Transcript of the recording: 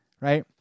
Right